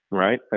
right,